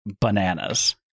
bananas